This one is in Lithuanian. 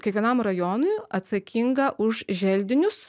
kiekvienam rajonui atsakingą už želdinius